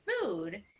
food